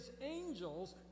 angels